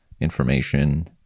information